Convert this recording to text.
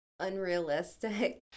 unrealistic